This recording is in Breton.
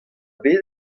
bet